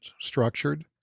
structured